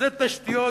זה תשתיות,